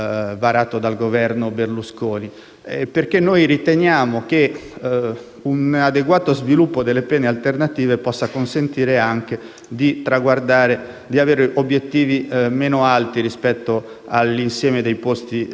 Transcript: Riteniamo, infatti, che un adeguato sviluppo delle pene alternative possa consentire anche di avere obiettivi meno alti rispetto all'insieme dei posti disponibili;